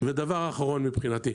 דבר אחרון מבחינתי,